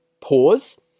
pause